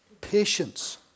patience